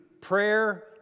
prayer